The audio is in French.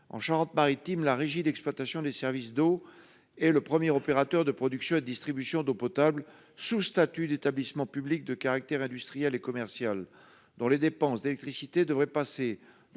En Charente-Maritime, la régie d'exploitation des services d'eau est le premier opérateur de production et de distribution d'eau potable sous statut d'établissement public à caractère industriel et commercial ; ses dépenses d'électricité devraient passer de